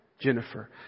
Jennifer